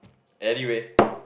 anyway